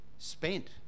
spent